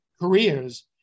careers